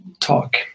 talk